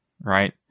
right